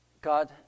God